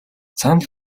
санал